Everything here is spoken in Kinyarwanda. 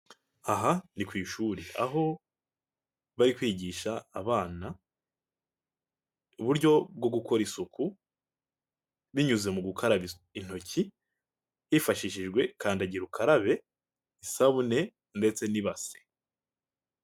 Aha ni ku ishuri aho bari kwigisha abana uburyo bwo gukora isuku binyuze mu gukaraba intoki hifashishijwe kandagira ukarabe, isabune ndetse n'ibase.